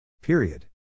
Period